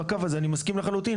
עם הקו הזה אני מסכים לחלוטין.